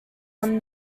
won